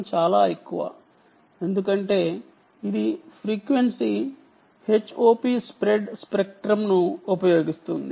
ఇది చాల వరకు నాయిస్ ని చేరనివ్వదు ఎందుకంటే ఇది ఫ్రీక్వెన్సీ హాప్ స్ప్రెడ్ స్పెక్ట్రంను ఉపయోగిస్తుంది